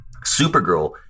Supergirl